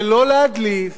ולא להדליף